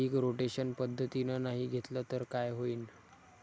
पीक rotation पद्धतीनं नाही घेतलं तर काय होईन?